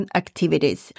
activities